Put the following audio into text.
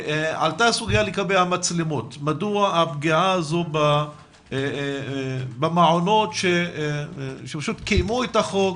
ועלתה סוגיה לגבי המצלמות מדוע הפגיעה הזו במעונות שקיימו את החוק,